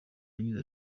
yagize